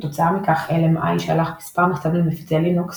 כתוצאה מכן LMI שלח מספר מכתבים למפיצי לינוקס